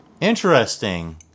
Interesting